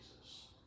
Jesus